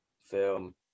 film